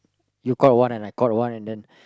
you caught one and I caught one and then